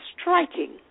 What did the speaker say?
striking